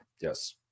Yes